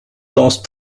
lost